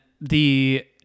the-